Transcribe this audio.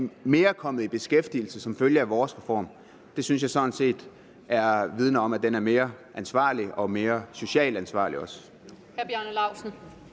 var kommet i beskæftigelse som følge af vores reform. Det synes jeg sådan set vidner om, at den er mere ansvarlig og også mere socialt ansvarlig.